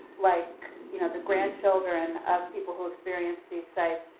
like you know the grandchildren of people who experienced these sites,